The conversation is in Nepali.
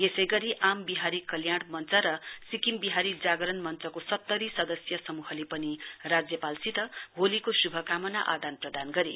यसै गरी आम विहारी कल्याण मञ्च र सिक्किम विहारी जागरण मञ्चको सत्तरी सदस्यीय समूहले पनि राज्यपालसित होलीको शुभकामना आदान प्रदान गरे